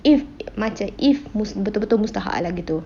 if macam if betul-betul mustahak lah gitu